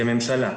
כממשלה.